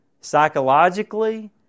psychologically